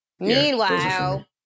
Meanwhile